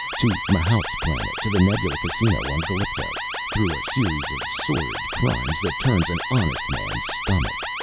to mahaut's planet, to the nebula casino on galipto, through a series of sordid crimes that turns an honest man's stomach.